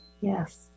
yes